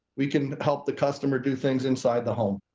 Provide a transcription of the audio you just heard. we can help the customer do things inside the home.